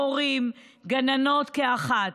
מורים וגננות כאחד.